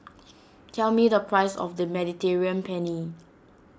tell me the price of the Mediterranean Penne